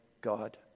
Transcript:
God